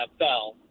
NFL